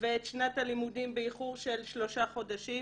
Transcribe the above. ואת שנת הלימודים באיחור של שלושה חודשים,